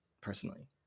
personally